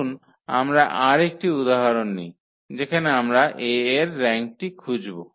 আসুন আমরা আর একটি উদাহরণ নিই যেখানে আমরা A এর র্যাঙ্কটি খুঁজব